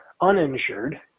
uninsured